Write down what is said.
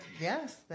yes